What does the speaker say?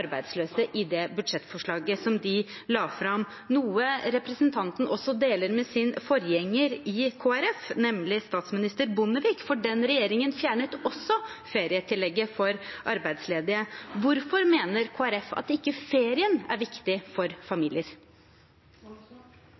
arbeidsløse i det budsjettforslaget de la fram – noe representanten også deler med sin forgjenger i Kristelig Folkeparti, nemlig statsminister Bondevik. Den regjeringen fjernet også ferietillegget for arbeidsledige. Hvorfor mener Kristelig Folkeparti at ikke ferien er viktig for familier?